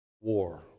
war